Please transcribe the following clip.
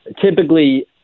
Typically